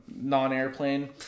non-airplane